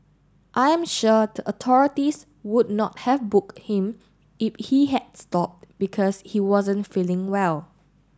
I am sure the authorities would not have booked him if he had stopped because he wasn't feeling well